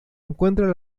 encuentra